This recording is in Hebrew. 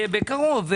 בקרוב,